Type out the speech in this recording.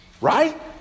right